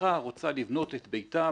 משפחה רוצה לבנות את ביתה,